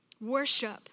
Worship